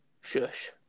Shush